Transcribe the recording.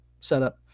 setup